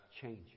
Change